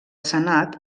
senat